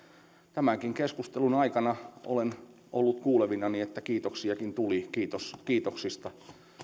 tämänkin keskustelun aikana olen ollut kuulevinani että kiitoksiakin tuli kiitos kiitoksista